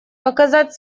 показать